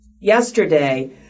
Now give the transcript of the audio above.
Yesterday